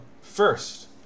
First